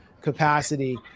capacity